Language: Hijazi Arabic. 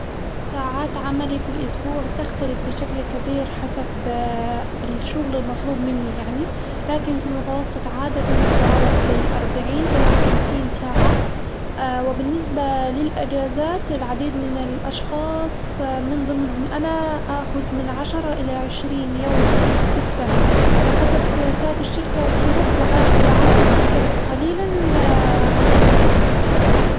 ساعات عملي في الأسبوع تختلف بشكل كبير حسب الشغل المطلوب مني يعني، لكن في المتوسط عادة تتراوح بين أربعين إلى خمسين ساعة وبالنسبة للأجازات العديد من الأشخاص من ضمنهم أنا آ خذ من عشرة إلى عشرين يوم في السنة، وحسب سياسات الشركة وظروف العمل تختلف قليلًا عن المتوقع.